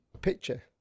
picture